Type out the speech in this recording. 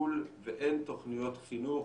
טיפול ואין תוכניות חינוך,